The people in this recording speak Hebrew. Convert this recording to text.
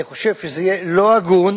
אני חושב שזה יהיה לא הגון